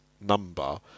number